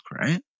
right